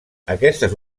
aquestes